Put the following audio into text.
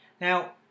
Now